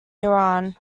iran